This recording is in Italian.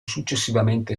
successivamente